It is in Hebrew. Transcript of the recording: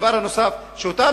הדבר הנוסף, שאותם